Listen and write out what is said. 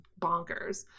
bonkers